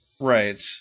Right